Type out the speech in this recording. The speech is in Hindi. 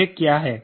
यह क्या है